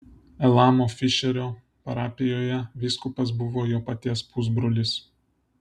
elamo fišerio parapijoje vyskupas buvo jo paties pusbrolis